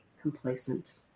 complacent